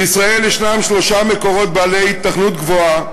בישראל ישנם שלושה מקורות בעלי היתכנות גבוהה